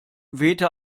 wehte